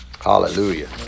Hallelujah